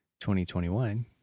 2021